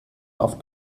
auf